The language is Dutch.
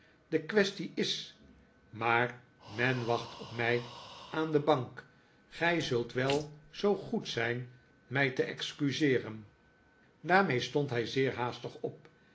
de kwestie is maar men wacht op mij aan de bank gij zult wel zoo goed zijn mij te excuseeren daarmee stond hij zeer haastig op